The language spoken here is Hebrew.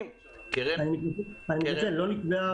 ואני איתו בעניין הזה.